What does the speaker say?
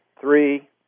three